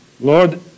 Lord